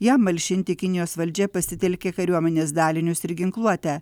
jam malšinti kinijos valdžia pasitelkė kariuomenės dalinius ir ginkluotę